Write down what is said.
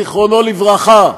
זיכרונו לברכה,